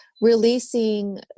releasing